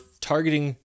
targeting